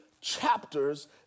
chapters